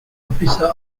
officer